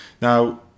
Now